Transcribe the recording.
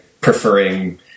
preferring